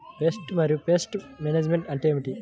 Pest మరియు pest management అంటే ఏమిటి?